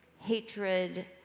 hatred